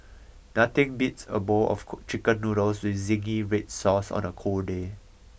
nothing beats a bowl of Chicken Noodles with zingy red sauce on a cold day